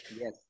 Yes